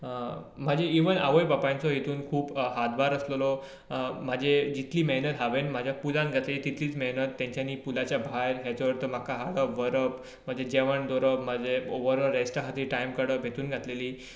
म्हजो इवन आवय बापायचो हातूंत खूब हात बार आसलोलो म्हजे जितली मेहनत हांवें म्हाज्या पुलान घातलली तितलीच मेहनत तांच्यांनी पुलाच्या भायर हाचो अर्थ म्हाका हाडप व्हरप म्हजें जेवण धरप म्हाजें ओवरऑल रेस्टा खातीर टायम काडप हितून घातलेली